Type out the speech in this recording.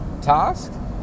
Task